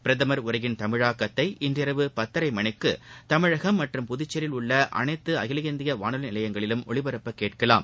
பிரதமர் உரையின் தமிழாக்கத்தை இன்றிரவு பத்தரை மணிக்கு தமிழகம் மற்றும் புதுச்சேரியில் உள்ள அனைத்து அகில இந்திய வானொலி நிலையங்களிலும் ஒலிபரப்பக் கேட்கலாம்